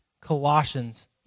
Colossians